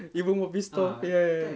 even more pissed off ya ya ya ya